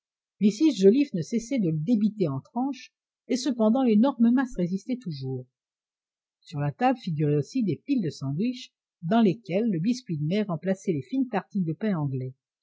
mrs joliffe ne cessait de le débiter en tranches et cependant l'énorme masse résistait toujours sur la table figuraient aussi des piles de sandwiches dans lesquelles le biscuit de mer remplaçait les fines tartines de pain anglais